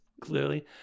clearly